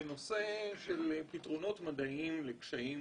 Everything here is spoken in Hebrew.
בנושא של פתרונות מדעיים לקשיים